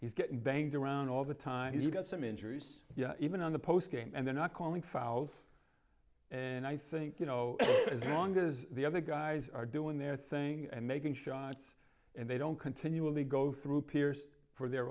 he's getting banged around all the time he's got some injuries even on the postgame and they're not calling fouls and i think you know as long as the other guys are doing their thing and making shots and they don't continually go through peers for their